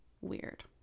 weird